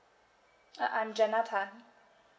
I I'm jenna tan